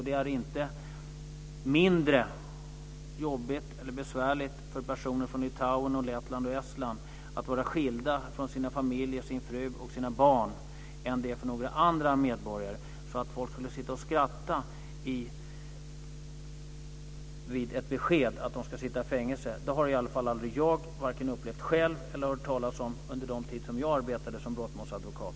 Det är inte mindre jobbigt eller besvärligt för personer från Litauen, Lettland och Estland att vara skilda från sin familj, sin fru och sina barn än det är för några andra medborgare. Att folk skulle sitta och skratta vid ett besked om att de ska sitta i fängelse har i varje fall jag aldrig vare sig upplevt själv eller hört talas om under den tid som jag arbetat som brottmålsadvokat.